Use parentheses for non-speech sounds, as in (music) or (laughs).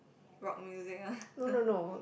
rock music ah (laughs)